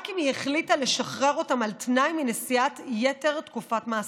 החליטה לשחרר אותם על תנאי מנשיאת יתר תקופת מאסרם,